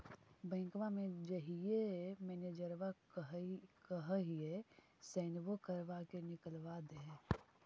बैंकवा मे जाहिऐ मैनेजरवा कहहिऐ सैनवो करवा के निकाल देहै?